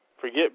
Forget